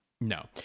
No